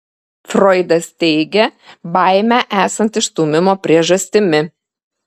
froidas teigia baimę esant išstūmimo priežastimi